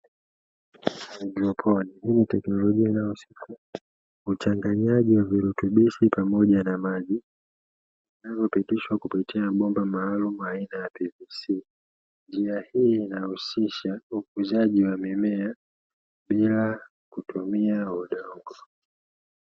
Haidroponi hii ni teknolojia inayohusika, uchanganyaji wa virutubishi pamoja na maji, vinavyopitishwa kupitia mabomba maalumu aina ya PVC, njia hii inahusisha ukuzaji wa mimea bila kutumia udongo.